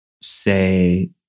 say